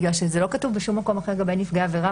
בגלל שזה לא כתוב בשום מקום אחר לגבי נפגעי עבירה,